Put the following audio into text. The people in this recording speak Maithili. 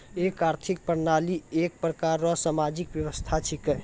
एक आर्थिक प्रणाली एक प्रकार रो सामाजिक व्यवस्था छिकै